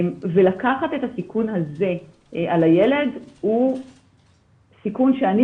לקחת את הסיכון הזה על הילד זה סיכון שאני